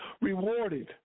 rewarded